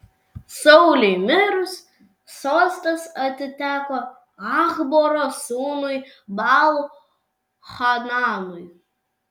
sauliui mirus sostas atiteko achboro sūnui baal hananui